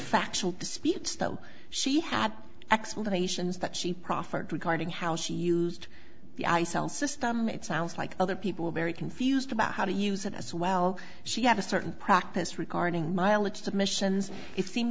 factual disputes though she had explanations that she proffered regarding how she used the system it sounds like other people are very confused about how to use it as well she had a certain practice regarding mileage submissions it seemed